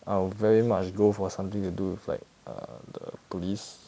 I will very much go for something to do with like err the police